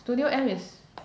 studio M is